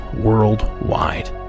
worldwide